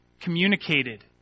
communicated